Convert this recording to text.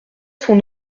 son